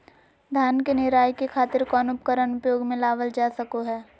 धान के निराई के खातिर कौन उपकरण उपयोग मे लावल जा सको हय?